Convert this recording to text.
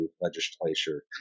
legislature